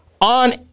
On